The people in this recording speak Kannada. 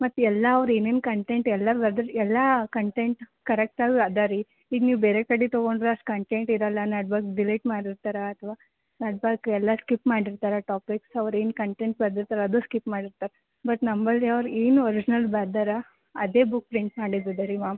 ಮತ್ತು ಎಲ್ಲ ಅವ್ರು ಏನೇನು ಕಂಟೆಂಟೆಲ್ಲ ಅದ್ರಲ್ಲಿ ಎಲ್ಲ ಕಂಟೆಂಟ್ ಕರೆಕ್ಟಾಗಿ ಇದೆ ರೀ ಈಗ ನೀವು ಬೇರೆ ಕಡೆ ತೊಗೊಂಡರೆ ಅಷ್ಟು ಕಂಟೆಂಟ್ ಇರೋಲ್ಲ ನಡ್ವಾಗೆ ಡಿಲೀಟ್ ಮಾಡಿರ್ತಾರೆ ಅಥವಾ ನಡ್ವಾಗೆ ಎಲ್ಲ ಸ್ಕಿಪ್ ಮಾಡಿರ್ತಾರೆ ಟಾಪಿಕ್ ಅವ್ರು ಏನು ಕಂಟೆಟ್ ಬರ್ದಿರ್ತಾರೆ ಅದು ಸ್ಕಿಪ್ ಮಾಡಿರ್ತಾರೆ ಬಟ್ ನಮ್ಮಲ್ಲಿ ಅವ್ರು ಏನು ಒರಿಜ್ನಲ್ ಬರ್ದಾರೆ ಅದೇ ಬುಕ್ ಪ್ರಿಂಟ್ ಮಾಡಿದ್ದು ಇದೆ ರೀ ಮ್ಯಾಮ್